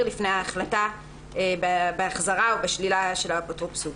לפני ההחלטה בהחזרה או בשלילה של האפוטרופסות.